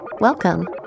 Welcome